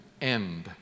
end